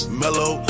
mellow